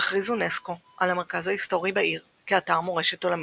הכריז אונסק"ו על המרכז ההיסטורי בעיר כאתר מורשת עולמית.